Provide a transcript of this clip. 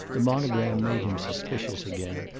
the monogram made him suspicious again.